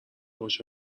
باشه